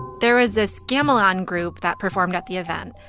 there is this gamelan group that performed at the event.